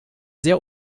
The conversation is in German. sehr